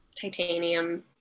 titanium